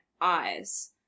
eyes